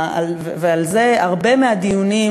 ועל זה התנהלו הרבה מהדיונים,